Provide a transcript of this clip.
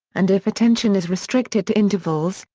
and if attention is restricted to intervals,